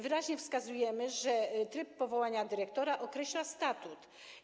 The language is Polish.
Wyraźnie wskazujemy, że tryb powołania dyrektora określa statut.